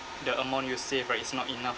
the amount you save right is not enough